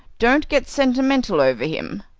don't get sentimental over him.